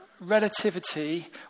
relativity